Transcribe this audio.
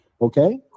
Okay